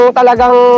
talagang